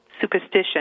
superstition